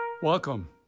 Welcome